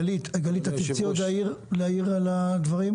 גלית, את תרצי להעיר בקצרה על הדברים?